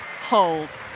hold